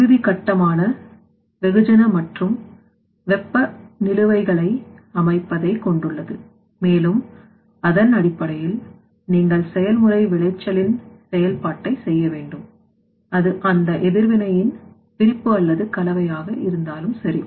இறுதிக் கட்டமான வெகுஜன மற்றும் வெப்பநிலுவைகளை அமைப்பதை கொண்டுள்ளது மேலும் அதன் அடிப்படையில் நீங்கள் செயல்முறை விளைச்சலின்செயல்பாட்டை செய்ய வேண்டும் அது அந்த எதிர்வினை இன் பிரிப்பு அல்லது கலவையாக இருந்தாலும் சரி